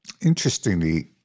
Interestingly